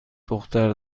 دختر